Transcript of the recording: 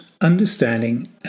understanding